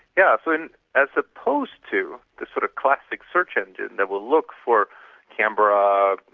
yeah so and as opposed to the sort of classic search engine that will look for canberra,